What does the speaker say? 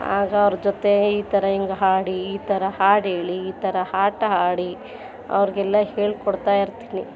ಆಗ ಅವ್ರ ಜೊತೆ ಈ ಥರ ಹಿಂಗೆ ಹಾಡಿ ಈ ಥರ ಹಾಡು ಹೇಳಿ ಈ ಥರ ಆಟ ಆಡಿ ಅವ್ರಿಗೆಲ್ಲ ಹೇಳ್ಕೊಡ್ತಾಯಿರ್ತೀ ನಿ